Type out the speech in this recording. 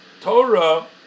Torah